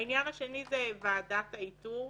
העניין השני זה ועדת האיתור.